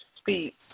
speak